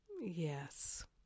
Yes